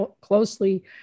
closely